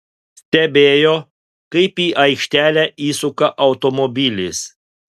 stebėjo kaip į aikštelę įsuka automobilis